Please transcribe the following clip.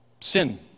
Sin